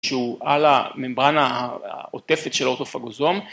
שהוא על הממברנה העוטפת של האוטופגוזום.